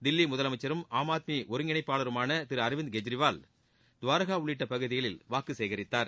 தில்லி முதலமைச்சரும் ஆம் ஆத்மி ஒருங்கிணைப்பாளருமான திரு அரவிந்த் கெஜ்ரிவால் துவாரகா உள்ளிட்ட பகுதிகளில் வாக்கு சேகரித்தார்